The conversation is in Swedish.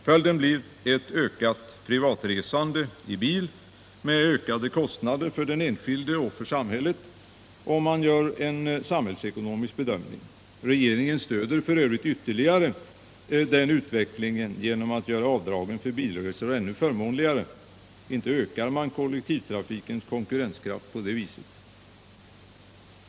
Följden blir ett ökat privatresande i bil, och en samhällsekonomisk bedömning visar att vi får ökade kostnader för den enskilde och för samhället. Regeringen stöder f. ö. en sådan utveckling ytterligare genom att göra avdragen för bilresor ännu förmånligare. Inte ökar man kollektivtrafikens konkurrenskraft på det viset!